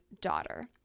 daughter